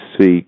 see